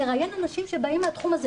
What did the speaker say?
לראיין אנשים שבאים מהתחום הזה,